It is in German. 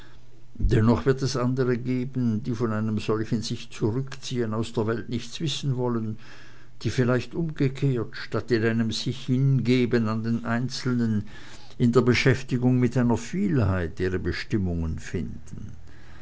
dennoch wird es andre geben die von einem solchen sichzurückziehen aus der welt nichts wissen wollen die vielleicht umgekehrt statt in einem sichhingeben an den einzelnen in der beschäftigung mit einer vielheit ihre bestimmung finden